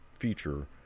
feature